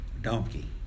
donkey